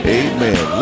amen